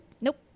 Nope